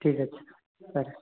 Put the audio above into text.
ଠିକ୍ ଅଛି ସାର୍